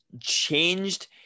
changed